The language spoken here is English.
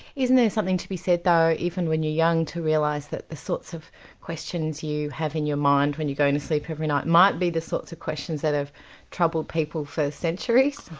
isn't there something to be said though, even when you're young, to realise that the sorts of questions you have in your mind when you're going to sleep every night, might be the sorts of questions that have troubled people for centuries?